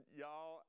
y'all